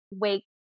wake